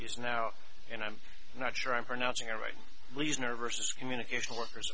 is now and i'm not sure i'm pronouncing it right lisa nurses communication workers